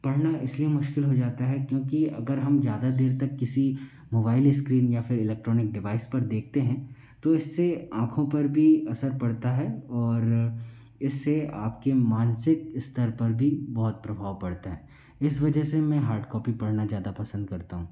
पढ़ना इसलिए मुश्किल हो जाता है क्योंकि अगर हम ज़्यादा देर तक किसी मोबाइल स्क्रीन या फिर इलेक्ट्रॉनिक डिवाइस पर देखते हैं तो इससे आँखों पर भी असर पड़ता है और इससे आपके मानसिक स्तर पर भी बहुत प्रभाव पड़ता है इस वजह से मैं हार्ड कॉपी पढ़ना ज़्यादा पसंद करता हूँ